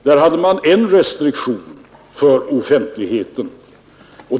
Det var en restriktion för offentligheten.